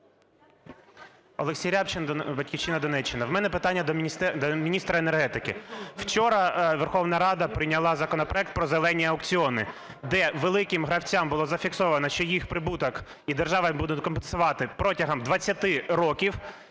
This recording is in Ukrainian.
Олексій Рябчин, "Батьківщина", Донеччина. В мене питання до міністра енергетики. Вчора Верховна Рада прийняла законопроект про "зелені" аукціони, де великим гравцям було зафіксовано, що їх прибуток, і держава їм буде компенсувати протягом 20 років